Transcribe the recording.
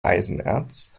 eisenerz